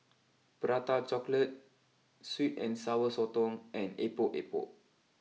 Prata chocolate sweet and Sour Sotong and Epok Epok